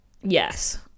Yes